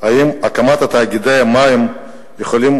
אם תאגידי המים יכולים